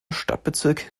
stadtbezirk